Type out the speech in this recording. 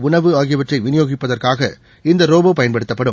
உணவு விநியோகிப்பதற்காக இந்த ரோபோ பயன்படுத்தப்படும்